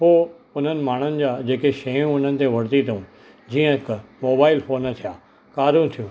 पोइ उन्हनि माण्हुनि जा जेके शयूं उन्हनि वर्तियूं अथऊं जीअं त मोबाइल फ़ोन थिया कारियूं थियूं